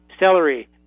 celery